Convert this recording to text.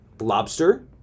lobster